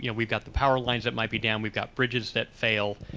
yeah we've got the power lines that might be down. we've got bridges that fail,